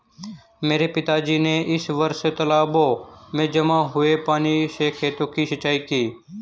मेरे पिताजी ने इस वर्ष तालाबों में जमा हुए पानी से खेतों की सिंचाई की